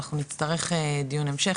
אנחנו נצטרך דיון המשך,